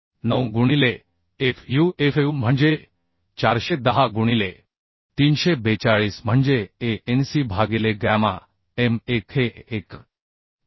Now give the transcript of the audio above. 9गुणिले FuFu म्हणजे 410 गुणिले 342 म्हणजे ANC भागिले गॅमा m1 हे 1